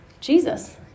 Jesus